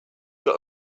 got